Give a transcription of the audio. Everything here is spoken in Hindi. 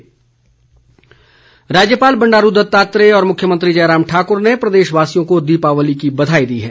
बधाई राज्यपाल बंडारू दत्तात्रेय व मुख्यमंत्री जयराम ठाकुर ने प्रदेशवासियों को दीपावली की बधाई दी है